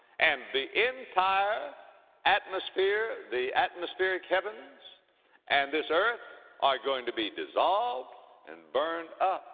and the entire atmosphere, the atmospheric heavens and this earth are going to be dissolved and burned up,